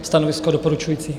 Stanovisko doporučující.